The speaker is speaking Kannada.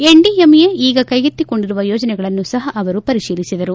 ಎನ್ಡಿಎಂಎ ಈಗ ಕೈಗೆತ್ತಿಕೊಂಡಿರುವ ಯೋಜನೆಗಳನ್ನು ಸಹ ಅವರು ಪರಿಶೀಲಸಿದರು